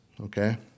okay